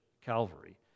Calvary